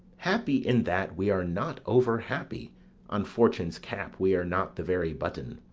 happy in that we are not over-happy on fortune's cap we are not the very button.